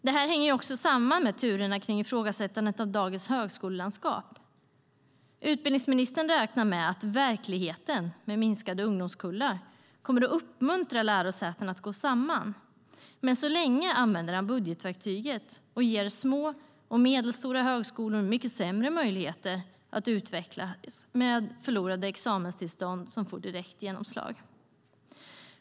Detta hänger samman med turerna kring ifrågasättandet av dagens högskolelandskap. Utbildningsministern räknar med att verkligheten, med minskade ungdomskullar, kommer att uppmuntra lärosäten att gå samman, men än så länge använder han budgetverktyget och ger små och medelstora högskolor mycket sämre möjligheter att utvecklas genom förlorade examenstillstånd som får direkt genomslag.